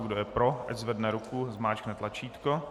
Kdo je pro, ať zvedne ruku a zmáčkne tlačítko.